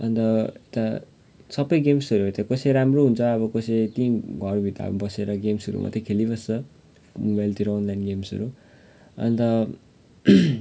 अन्त यता सब गेम्सहरू कसै राम्रो हुन्छ अब कसै ती घर भित्र बसेर गेम्सहरू मात्र खेलिबस्छ मोबाइलतिर अनलाइन गेम्सहरू अन्त